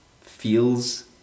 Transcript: feels